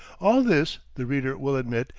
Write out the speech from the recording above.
all this, the reader will admit,